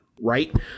Right